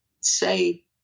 say